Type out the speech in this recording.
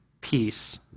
Peace